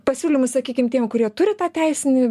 pasiūlymus sakykim tiem kurie turi tą teisinį